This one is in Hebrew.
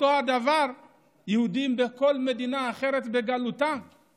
אותו הדבר יהודים בכל מדינה אחרת בגלותם,